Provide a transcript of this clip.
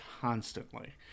constantly